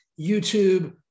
YouTube